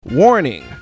Warning